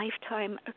lifetime